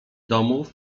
domów